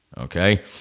okay